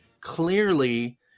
clearly